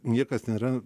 niekas nėra